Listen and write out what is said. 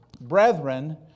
brethren